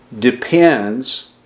depends